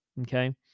Okay